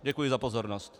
Děkuji za pozornost.